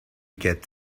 get